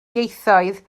ieithoedd